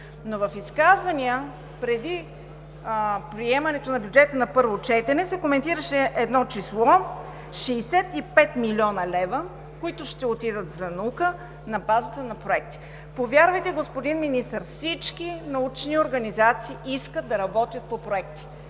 Но в изказвания, преди приемането на бюджета на първо четене, се коментираше едно число – 65 млн. лв., които ще отидат за наука на базата на проектите. Повярвайте, господин Министър, всички научни организации искат да работя по проекти,